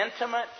intimate